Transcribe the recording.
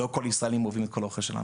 לא כל הישראלים אוהבים את כל האוכל שלנו,